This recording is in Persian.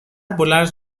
بلند